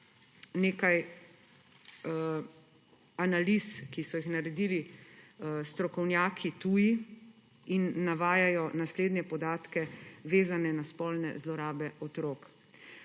nekaj o analizah, ki so jih naredili tuji strokovnjaki. Navajajo naslednje podatke, vezane na spolne zlorabe otrok.